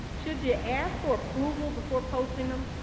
should you ask for approval before posting them?